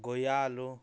গৰীয়া আলু